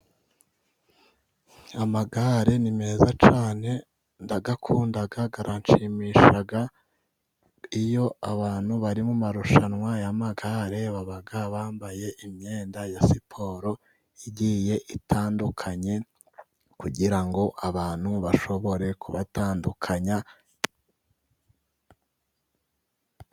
Amagare ni meza cyane, ndayakunda aranshimisha, iyo abantu bari mu marushanwa y'amagare, baba bambaye imyenda ya siporo igiye itandukanye, kugira ngo abantu bashobore kubatandukanya.